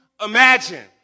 imagine